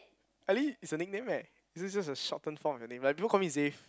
Ally is a nickname right is it just a short term form of your name like people call me Xav